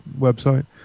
website